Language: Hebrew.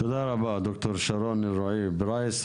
תודה רבה דוקטור שרון אלרעי פרייס,